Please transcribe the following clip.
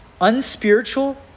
unspiritual